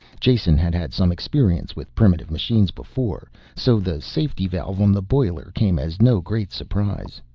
jason had had some experience with primitive machines before so the safety valve on the boiler came as no great surprise.